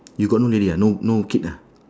you got no lady ah no no kid ah